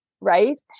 right